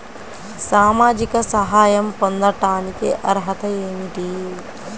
సామాజిక సహాయం పొందటానికి అర్హత ఏమిటి?